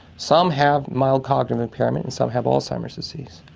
some have mild cognitive impairment, and some have alzheimer's disease.